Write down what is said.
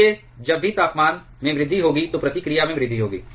इसलिए जब भी तापमान में वृद्धि होगी तो प्रतिक्रिया में वृद्धि होगी